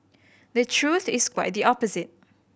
the truth is quite the opposite